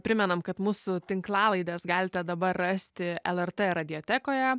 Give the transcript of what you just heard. primenam kad mūsų tinklalaides galite dabar rasti lrt radiotekoje